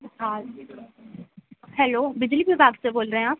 हाँ जी हेलो बिजली विभाग से बोल रहें आप